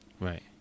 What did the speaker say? Right